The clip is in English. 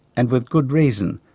and with good reason,